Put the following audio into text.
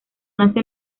nace